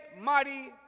mighty